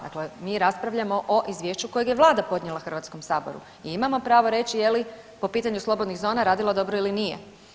Dakle, mi raspravljamo o Izvješću kojeg je Vlada podnijela HS-u i imamo pravo reći je li po pitanju slobodnih zona radila dobro ili nije.